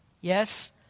Yes